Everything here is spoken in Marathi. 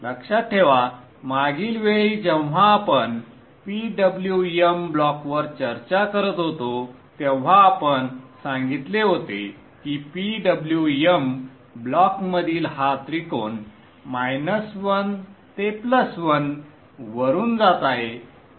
लक्षात ठेवा मागील वेळी जेव्हा आपण PWM ब्लॉकवर चर्चा करत होतो तेव्हा आपण सांगितले होते की PWM ब्लॉकमधील हा त्रिकोण 1 ते 1 वरून जात आहे